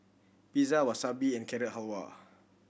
Pizza Wasabi and Carrot Halwa